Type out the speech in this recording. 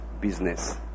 business